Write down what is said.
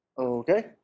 Okay